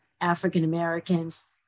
African-Americans